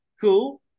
cool